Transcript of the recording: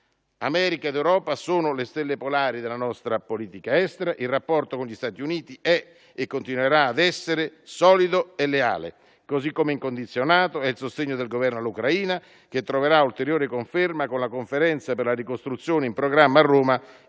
America ed Europa sono le stelle polari della nostra politica estera. Il rapporto con gli Stati Uniti è e continuerà a essere solido e leale; così come incondizionato è il sostegno del Governo all'Ucraina, che troverà ulteriore conferma con la Conferenza per la ricostruzione in programma a Roma